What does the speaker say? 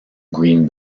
green